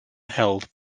held